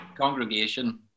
congregation